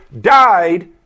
died